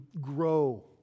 grow